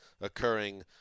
occurring